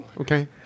Okay